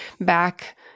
back